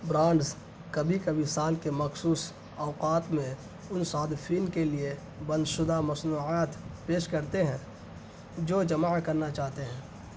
brands کبھی کبھی سال کے مخصوص اوقات میں ان صارفین کے لیے بند شدہ مصنوعات پیش کرتے ہیں جو جمع کرنا چاہتے ہیں